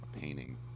painting